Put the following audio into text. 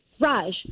Raj